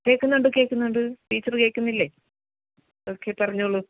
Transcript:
കേൾക്കുന്നുണ്ട് കേൾക്കുന്നുണ്ട് ടീച്ചർ കേൾക്കുന്നില്ലേ ഓക്കെ പറഞ്ഞോളൂ